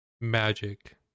Magic